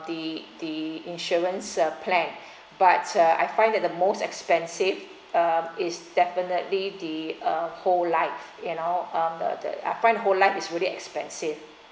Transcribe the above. the the insurance plan but uh I find that the most expensive uh is definitely the uh whole life you know um the the I find whole life is really expensive